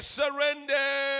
surrender